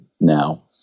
now